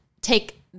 take